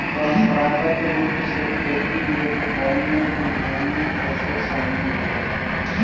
परंपरागत रूप से खेती योग्य कवनो भी भूमि एमे शामिल होला